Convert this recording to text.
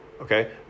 Okay